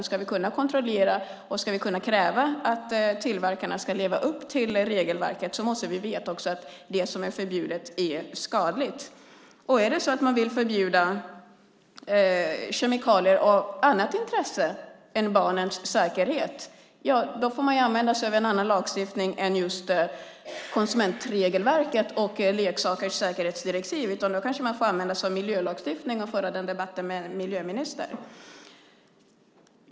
Ska vi kunna kontrollera och kräva att tillverkarna ska leva upp till regelverket måste vi veta att det som är förbjudet är skadligt. Är det så att man vill förbjuda kemikalier av annat intresse än barnens säkerhet, får man använda sig av en annan lagstiftning än just konsumentregelverket och leksakers säkerhetsdirektiv. Då kanske man får använda sig av miljölagstiftningen och föra den debatten med miljöministern.